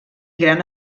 gran